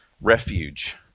Refuge